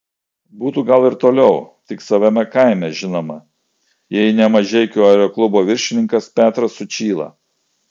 būtų gal ir toliau tik savame kaime žinoma jei ne mažeikių aeroklubo viršininkas petras sučyla